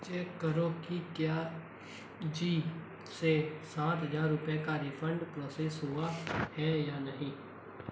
check करो की क्या ज़ी से सात हजार रुपये का रिफ़ंड प्रोसेस हुआ है या नहीं